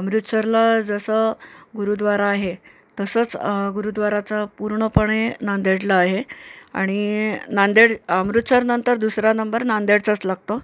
अमृतसरला जसं गुरुद्वारा आहे तसंच गुरुद्वाराच पूर्णपणे नांदेडला आहे आणि नांदेड अमृतसरनंतर दुसरा नंबर नांदेडचाच लागतो